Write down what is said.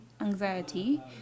anxiety